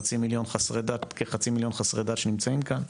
חצי מיליון חסרי דת שנמצאים כאן,